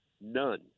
none